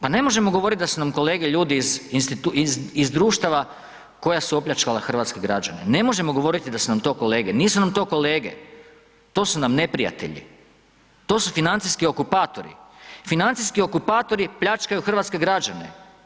Pa ne možemo govoriti da su nam kolege ljudi iz društava koja su opljačkala hrvatske građane, ne možemo govoriti da su nam to kolege, nisu nam to kolege, to su nam neprijatelji, to su financijski okupatori, financijski okupatori pljačkaju hrvatske građane.